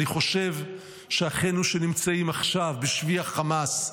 אני חושב שאחינו שנמצאים עכשיו בשבי החמאס,